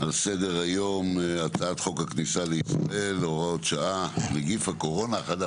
על סדר היום הצעת חוק הכניסה לישראל (הוראת שעה נגיף הקורונה החדש),